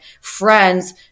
friends